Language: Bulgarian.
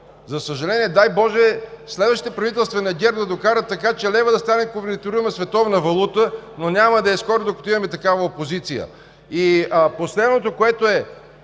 с долари. Дай боже следващите правителства на ГЕРБ да докарат така, че левът да стане конвертируема, световна валута, но няма да е скоро, докато имаме такава опозиция. Последно, колеги,